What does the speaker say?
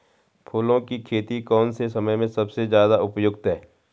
फूलों की खेती कौन से समय में सबसे ज़्यादा उपयुक्त है?